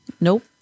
Nope